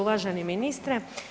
Uvaženi ministre.